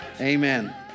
Amen